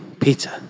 Peter